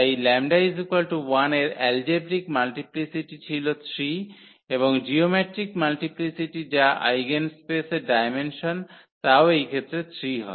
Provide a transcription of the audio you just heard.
তাই 𝜆1 এর algebraic multiplicity ছিল 3 এবং জিওমেট্রিক মাল্টিপ্লিসিটি যা আইগেনস্পেসের ডায়মেনশন তাও এই ক্ষেত্রে 3 হয়